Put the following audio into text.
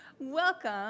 Welcome